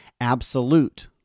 absolute